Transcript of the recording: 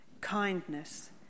kindness